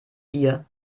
dir